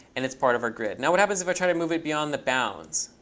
and it's part of our grid. now, what happens if i try to move it beyond the bounds?